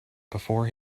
before